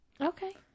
Okay